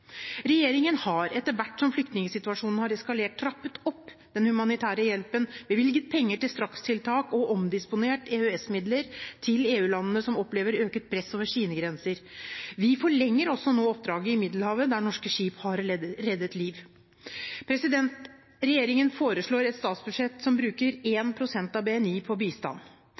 Regjeringen har, etter hvert som flyktningsituasjonen har eskalert, trappet opp den humanitære hjelpen, bevilget penger til strakstiltak og omdisponert EØS-midler til EU-landene som opplever økt press over sine grenser. Vi forlenger også nå oppdraget i Middelhavet, der norske skip har reddet liv. Regjeringen foreslår et statsbudsjett som bruker